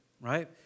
right